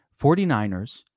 49ers